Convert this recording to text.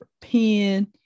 pen